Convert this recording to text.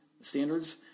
standards